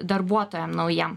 darbuotojam naujiem